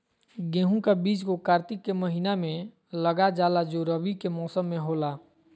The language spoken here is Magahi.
गेहूं का बीज को कार्तिक के महीना में लगा जाला जो रवि के मौसम में होला